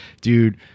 dude